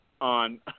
on